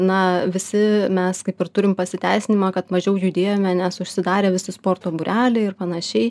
na visi mes kaip ir turim pasiteisinimą kad mažiau judėjome nes užsidarė visi sporto būreliai ir panašiai